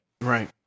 right